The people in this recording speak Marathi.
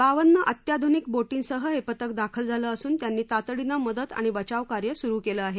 बावन्न अत्याधुनिक बोटींसह हे पथक दाखल झालेअिसून त्याप्तीतातडीनचिद्दत आणि बचावकार्य सुरु केलआहे